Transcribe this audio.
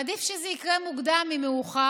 עדיף שזה יקרה מוקדם ממאוחר,